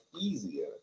easier